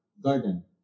garden